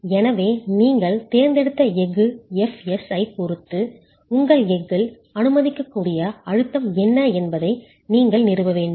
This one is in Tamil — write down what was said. எனவே நீங்கள் தேர்ந்தெடுத்த எஃகு Fs ஐப் பொருத்து உங்கள் எஃகில் அனுமதிக்கக்கூடிய அழுத்தம் என்ன என்பதை நீங்கள் நிறுவ வேண்டும்